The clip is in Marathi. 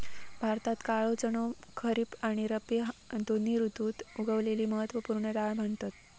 भारतात काळो चणो खरीब आणि रब्बी दोन्ही ऋतुत उगवलेली महत्त्व पूर्ण डाळ म्हणतत